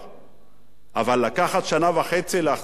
אבל שנה וחצי להחזיק אותם באוויר?